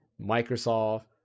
microsoft